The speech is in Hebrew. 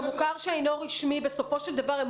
במוכר שאינו רשמי בסופו של דבר הם